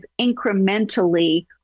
incrementally